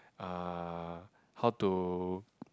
uh how to